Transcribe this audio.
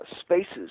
spaces